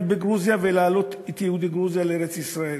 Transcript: בגרוזיה ולהעלות את יהודי גרוזיה לארץ-ישראל.